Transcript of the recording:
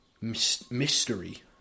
mystery